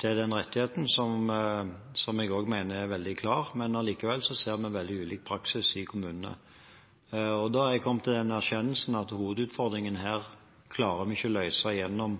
til den rettigheten som jeg mener er veldig klar. Allikevel ser vi veldig ulik praksis i kommunene. Da er jeg kommet til den erkjennelsen at hovedutfordringen her klarer